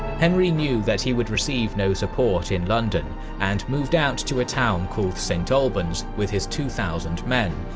henry knew that he would receive no support in london and moved out to a town called st. albans with his two thousand men,